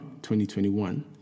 2021